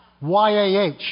Y-A-H